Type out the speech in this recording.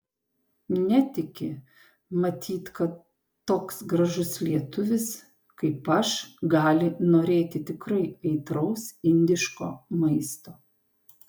netiki matyt kad toks gražus lietuvis kaip aš gali norėti tikrai aitraus indiško maisto